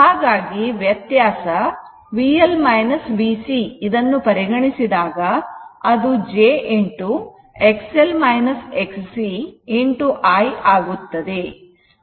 ಹಾಗಾಗಿ ವ್ಯತ್ಯಾಸ VL VC ಇದನ್ನು ಪರಿಗಣಿಸಿ ದಾಗ ಅದು j I ಆಗುತ್ತದೆ